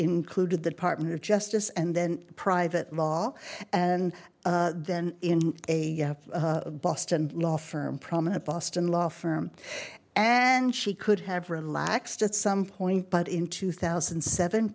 included the department of justice and then private law and then in a boston law firm prominent boston law firm and she could have relaxed at some point but in two thousand and seven